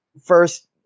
first